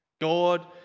God